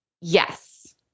yes